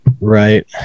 right